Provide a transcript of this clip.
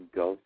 go